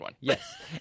Yes